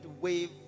wave